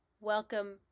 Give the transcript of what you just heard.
Welcome